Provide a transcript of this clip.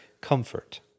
comfort